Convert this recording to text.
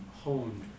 honed